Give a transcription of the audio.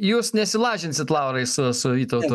jūs nesilažinsit laurai su su vytautu